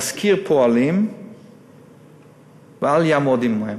ישכור פועלים ואל יעמוד עמהם,